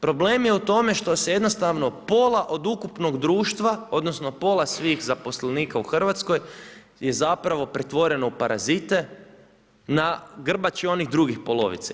Problem je u tome što se jednostavno pola od ukupnog društva, odnosno, pola svih zaposlenika u Hrvatskoj je zapravo pretvoreno u parazite na grbače onih drugih polovica.